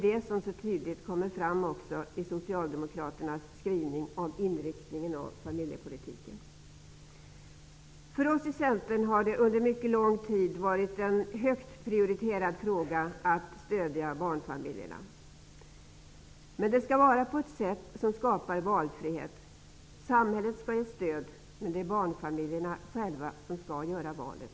Det kommer mycket tydligt fram i socialdemokraternas skrivning om inriktningen av familjepolitiken. För oss i Centern har under mycket lång tid frågan om att stödja barnfamiljerna varit högt prioriterad. Men det skall ske på ett sätt som skapar valfrihet. Samhället skall ge stöd, men det är barnfamiljerna själva som skall göra valet.